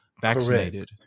vaccinated